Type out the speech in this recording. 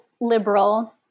liberal